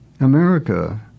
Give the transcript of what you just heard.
America